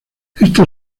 esta